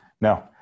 No